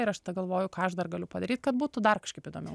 ir aš tada galvoju ką aš dar galiu padaryt kad būtų dar kažkaip įdomiau